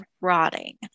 rotting